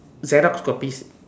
Xerox copies